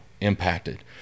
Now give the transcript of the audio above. impacted